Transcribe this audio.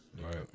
Right